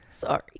Sorry